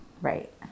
Right